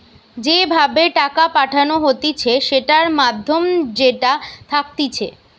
যে ভাবে টাকা পাঠানো হতিছে সেটার মাধ্যম যেটা থাকতিছে